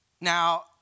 Now